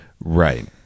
Right